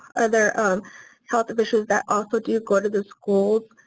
other um health divisions that also do go to the schools.